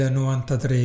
93